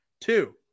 Two